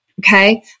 Okay